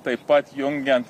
taip pat jungiant